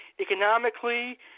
economically